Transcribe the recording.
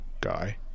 guy